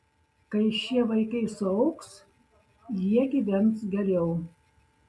kai šie vaikai suaugs jie gyvens geriau